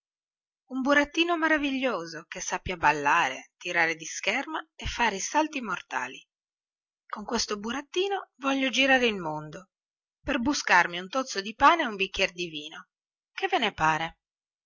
un burattino maraviglioso che sappia ballare tirare di scherma e fare i salti mortali con questo burattino voglio girare il mondo per buscarmi un tozzo di pane e un bicchier di vino che ve ne pare